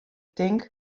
tink